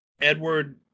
Edward